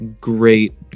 great